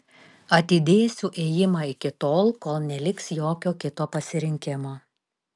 atidėsiu ėjimą iki tol kol neliks jokio kito pasirinkimo